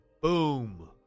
boom